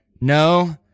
no